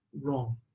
wrong